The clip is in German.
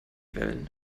wellen